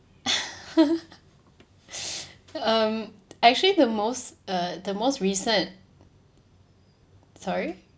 um actually the most uh the most recent sorry